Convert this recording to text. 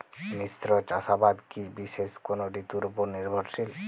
মিশ্র চাষাবাদ কি বিশেষ কোনো ঋতুর ওপর নির্ভরশীল?